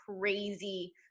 crazy